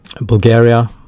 Bulgaria